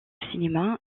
cinéma